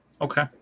Okay